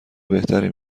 بهتری